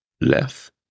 left